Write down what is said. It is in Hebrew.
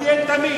אל תהיה תמים.